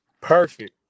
Perfect